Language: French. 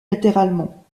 latéralement